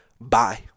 Bye